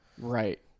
Right